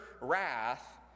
wrath